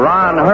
Ron